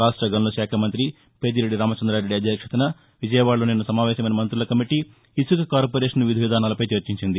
రాష్ట గనుల శాఖ మంతి పెద్దిరెడ్డి రామచంద్రారెడ్డి అధ్యక్షతన విజయవాడలో నిన్న సమావేశమైన మంతుల కమిటీ ఇసుక కార్పొరేషన్ విధివిధానాలపై చర్చించింది